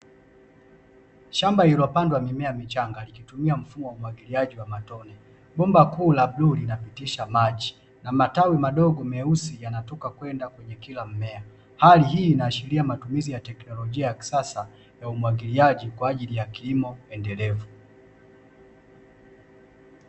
Shamba lilipandwa mimea michanga likitumia mfumo wa umwagiliaji wa matone. Bomba kuu la bluu linapitisha maji na matawi madogo meusi yanatoka kwenda kwenye kila mmea, hali hii inaashiria matumizi ya teknolojia ya kisasa ya umwagiliaji kwa ajili ya kilimo endelevu.